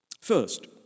First